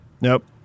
Nope